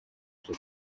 στο